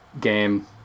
game